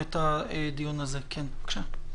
בבקשה.